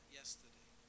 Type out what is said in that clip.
yesterday